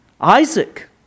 Isaac